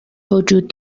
وجود